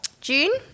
June